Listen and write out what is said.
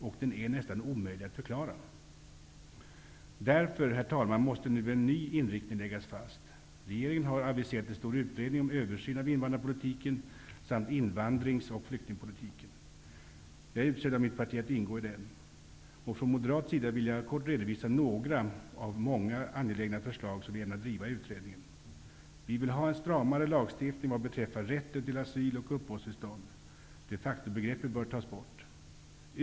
Och den är nästan omöjlig att förklara. Därför, herr talman, måste nu en ny inriktning läggas fast. Regeringen har aviserat en stor utred ning om översyn av invandrarpolitiken samt in vandrings och flyktingpolitiken. Jag är utsedd av mitt parti att ingå i den. Från moderat sida vill vi kort redovisa några av många angelägna förslag som vi ämnar driva i utredningen. Vi vill ha en stramare lagstiftning vad beträffar rätten till asyl och uppehållstillstånd. De facto-be greppet bör tas bort.